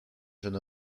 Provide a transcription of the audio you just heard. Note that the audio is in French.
jeune